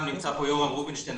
גם נמצא פה יורם רובינשטיין,